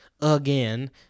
again